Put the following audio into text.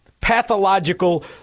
pathological